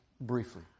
briefly